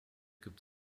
gibt